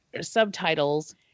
subtitles